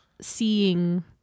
seeing